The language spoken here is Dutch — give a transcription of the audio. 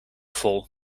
vol